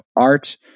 art